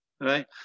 right